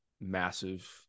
massive